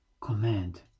command